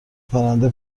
پرنده